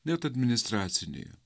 net administracinėje